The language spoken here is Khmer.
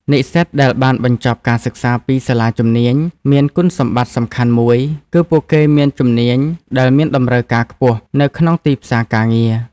និស្សិតដែលបានបញ្ចប់ការសិក្សាពីសាលាជំនាញមានគុណសម្បត្តិសំខាន់មួយគឺពួកគេមានជំនាញដែលមានតម្រូវការខ្ពស់នៅក្នុងទីផ្សារការងារ។